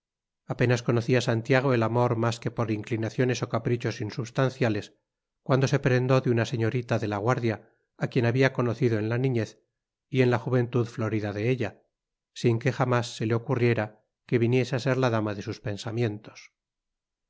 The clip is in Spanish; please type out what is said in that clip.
apenas conocía santiago el amor más que por inclinaciones o caprichos insubstanciales cuando se prendó de una señorita de la guardia a quien había conocido en la niñez y en la juventud florida de ella sin que jamás se le ocurriera que viniese a ser la dama de sus pensamientos